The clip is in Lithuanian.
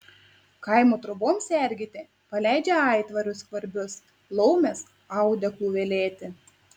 kaimo troboms sergėti paleidžia aitvarus skvarbius laumes audeklų velėti